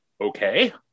okay